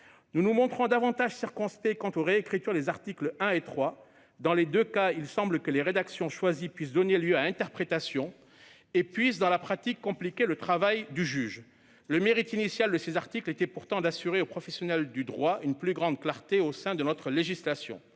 Nous nous montrons davantage circonspects quant aux réécritures des articles 1 et 3. Dans les deux cas, il semble que les rédactions choisies puissent donner lieu à interprétation et compliquer, dans la pratique, le travail du juge. Le mérite initial de ces articles était pourtant d'assurer aux professionnels du droit une plus grande clarté de notre législation.